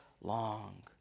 long